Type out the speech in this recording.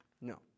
No